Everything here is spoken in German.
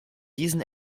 diesen